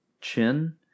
chin